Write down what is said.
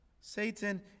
Satan